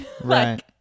Right